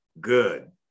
good